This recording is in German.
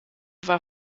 war